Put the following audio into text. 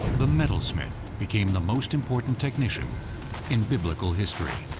the metalsmith became the most important technician in biblical history.